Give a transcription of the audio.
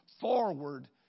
forward